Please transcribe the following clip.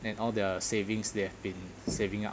and all their savings they have been saving up